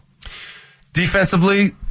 Defensively